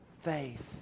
faith